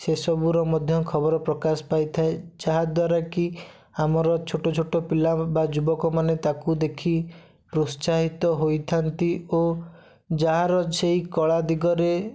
ସେ ସବୁର ମଧ୍ୟ ଖବର ପ୍ରକାଶ ପାଇଥାଏ ଯାହାଦ୍ୱାରା କି ଆମର ଛୋଟ ଛୋଟ ପିଲା ବା ଯୁବକମାନେ ତାକୁ ଦେଖି ପ୍ରୋତ୍ସାହିତ ହୋଇଥାଆନ୍ତି ଓ ଯାହାର ସେହି କଳା ଦିଗରେ